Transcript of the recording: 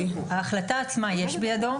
את ההחלטה עצמה יש בידו.